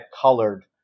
colored